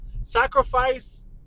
Sacrifice